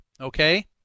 Okay